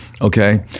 Okay